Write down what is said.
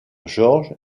georges